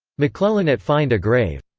mcclellan at find a grave